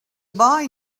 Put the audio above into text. boy